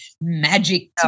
magic